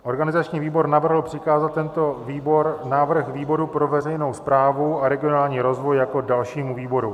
Organizační výbor navrhl přikázat tento návrh výboru pro veřejnou správu a regionální rozvoj jako dalšímu výboru.